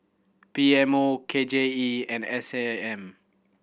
P M O K J E and S A M